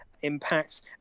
impacts